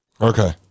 Okay